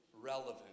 relevant